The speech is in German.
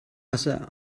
wasser